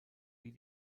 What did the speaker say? wie